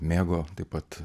mėgo taip pat